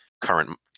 current